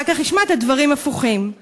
אחר כך השמעת דברים הפוכים.